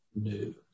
new